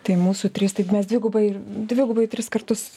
tai mūsų trys taip mes dvigubai dvigubai tris kartus